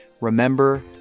remember